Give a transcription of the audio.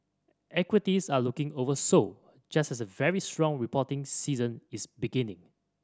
equities are looking oversold just as a very strong reporting season is beginning